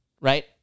right